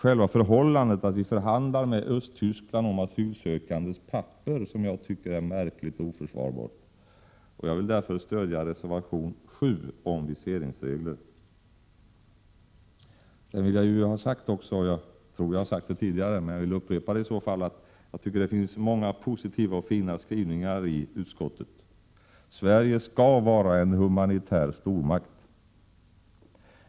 Själva förhållandet att vi förhandlar med Östtyskland om asylsökandes papper är märkligt och oförsvarbart. Jag vill därför stödja reservation 7 om viseringsregler. Det finns många positiva och fina skrivningar i betänkandet, det har jag nog sagt tidigare. Sverige skall vara en humanitär stormakt!